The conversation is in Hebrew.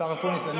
השר אקוניס,